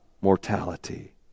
mortality